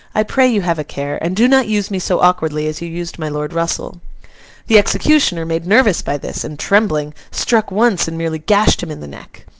i pray you have a care, and do not use me so awkwardly as you used my lord russell the executioner, made nervous by this, and trembling, struck once and merely gashed him in the neck.